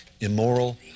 immoral